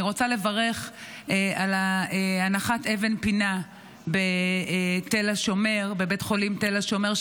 אני רוצה לברך על הנחת אבן פינה בבית חולים תל השומר,